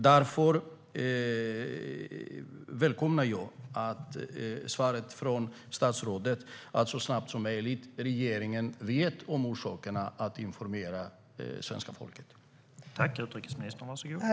Därför välkomnar jag svaret från statsrådet, att regeringen kommer att informera svenska folket så snart man känner till orsakerna.